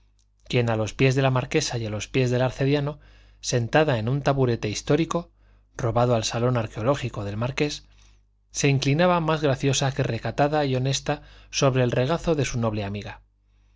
quien a los pies de la marquesa y a los pies del arcediano sentada en un taburete histórico robado al salón arqueológico del marqués se inclinaba más graciosa que recatada y honesta sobre el regazo de su noble amiga